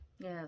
Yes